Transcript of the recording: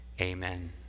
Amen